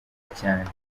cyane